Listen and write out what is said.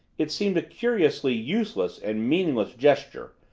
it seemed a curiously useless and meaningless gesture,